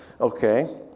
Okay